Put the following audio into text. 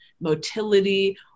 motility